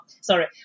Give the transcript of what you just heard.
Sorry